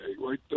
right